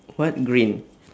what green